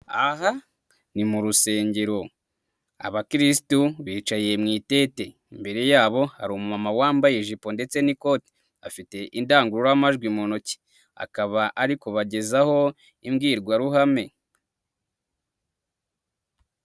Aha ni mu rusengero abakirisitu bicaye mu itete imbere yabo hari umumama wambaye ijipo ndetse n'ikoti, afite indangururamajwi mu ntoki akaba ari kubagezaho imbwirwaruhame.